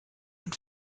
und